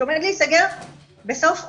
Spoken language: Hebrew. שעומד להיסגר בסוף אוגוסט.